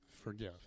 forgive